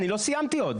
אני לא סיימתי פה.